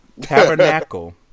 Tabernacle